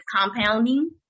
compounding